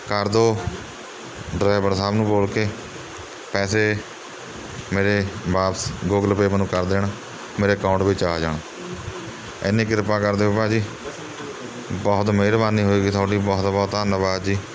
ਕਰ ਦਿਉ ਡਰੈਵਰ ਸਾਹਿਬ ਨੂੰ ਬੋਲ਼ ਕੇ ਪੈਸੇ ਮੇਰੇ ਵਾਪਸ ਗੋਗਲ ਪੇਅ ਮੈਨੂੰ ਕਰ ਦੇਣ ਮੇਰੇ ਅਕਾਊਂਟ ਵਿੱਚ ਆ ਜਾਣ ਐਨੀ ਕਿਰਪਾ ਕਰ ਦਿਓ ਭਾਅ ਜੀ ਬਹੁਤ ਮਿਹਰਬਾਨੀ ਹੋਵੇਗੀ ਤੁਹਾਡੀ ਬਹੁਤ ਬਹੁਤ ਧੰਨਵਾਦ ਜੀ